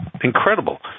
incredible